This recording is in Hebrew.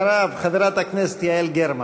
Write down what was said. אחריו, חברת הכנסת יעל גרמן.